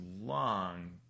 long